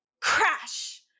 Crash